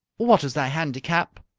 what is thy handicap?